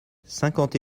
cinquante